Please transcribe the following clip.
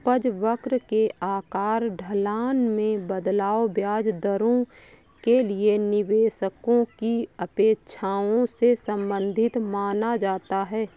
उपज वक्र के आकार, ढलान में बदलाव, ब्याज दरों के लिए निवेशकों की अपेक्षाओं से संबंधित माना जाता है